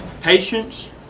patience